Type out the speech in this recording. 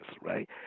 Right